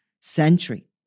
century